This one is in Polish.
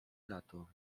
lato